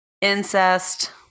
incest